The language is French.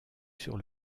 sur